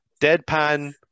Deadpan